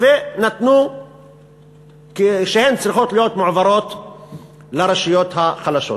שצריכים להיות מועברים לרשויות החלשות.